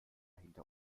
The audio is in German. hinter